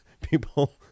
people